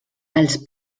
els